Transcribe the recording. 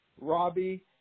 Robbie